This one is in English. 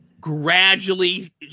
gradually